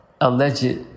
alleged